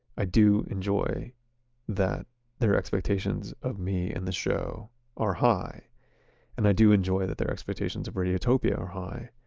i do enjoy that their expectations of me and the show are high and i do enjoy that their expectations of radiotopia are high